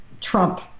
Trump